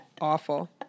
awful